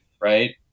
Right